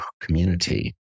community